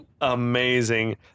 Amazing